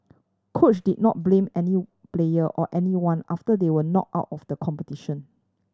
coach did not blame any player or anyone after they were knocked out of the competition